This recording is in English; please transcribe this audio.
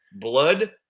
blood